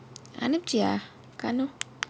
அனுப்பிச்சியா காணும்:anuppichiyaa kaanum